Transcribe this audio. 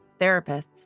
therapists